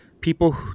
people